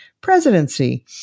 presidency